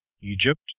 Egypt